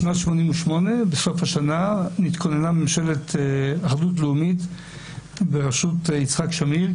בסוף שנת 1988 נתכוננה ממשלת אחדות לאומית בראשות יצחק שמיר,